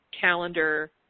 calendar